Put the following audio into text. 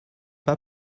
pas